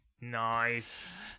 Nice